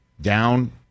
down